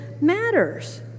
matters